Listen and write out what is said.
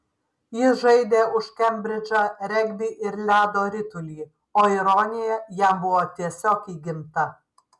jis žaidė už kembridžą regbį ir ledo ritulį o ironija jam buvo tiesiog įgimta